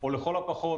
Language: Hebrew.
או לכל הפחות,